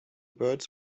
birds